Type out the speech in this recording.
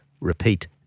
repeat